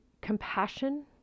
compassion